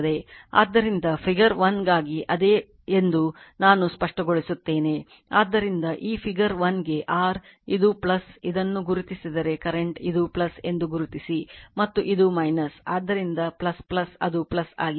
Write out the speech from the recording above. ಆದ್ದರಿಂದ ಫಿಗರ್ 1 ಗಾಗಿ ಅದೇ ಎಂದು ನಾನು ಸ್ಪಷ್ಟಗೊಳಿಸುತ್ತೇನೆ ಆದ್ದರಿಂದ ಈ ಫಿಗರ್ 1 ಗೆ r ಇದು ಇದನ್ನು ಗುರುತಿಸಿದರೆ ಕರೆಂಟ್ ಇದನ್ನು ಎಂದು ಗುರುತಿಸಿ ಮತ್ತು ಇದು ಆದ್ದರಿಂದ ಅದು ಆಗಿದೆ